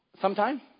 Sometime